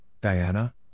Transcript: Diana